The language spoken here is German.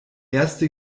erste